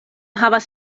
havas